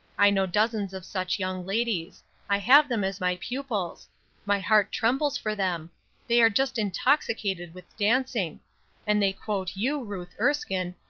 i know dozens of such young ladies i have them as my pupils my heart trembles for them they are just intoxicated with dancing and they quote you, ruth erskine,